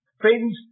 Friends